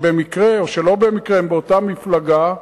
ובמקרה או שלא במקרה הם באותה מפלגה,